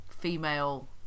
female